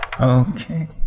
Okay